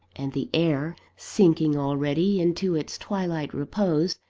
and the air, sinking already into its twilight repose,